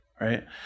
right